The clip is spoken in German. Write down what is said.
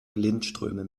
blindströme